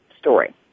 story